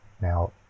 now